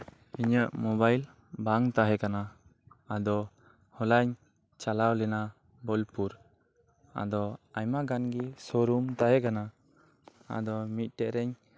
ᱤᱧᱟᱹᱜ ᱢᱚᱵᱟᱭᱤᱞ ᱵᱟᱝᱛᱟᱦᱮᱸ ᱠᱟᱱᱟ ᱟᱫᱚ ᱦᱚᱞᱟᱧ ᱪᱟᱞᱟᱣ ᱞᱮᱱᱟ ᱵᱳᱞᱯᱩᱨ ᱟᱫᱚ ᱟᱭᱢᱟᱜᱟᱱ ᱜᱮ ᱥᱚᱨᱩᱢ ᱛᱟᱦᱮᱸ ᱠᱟᱱᱟ ᱟᱫᱚ ᱢᱤᱫᱴᱮᱱ ᱨᱮᱧ